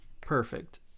Perfect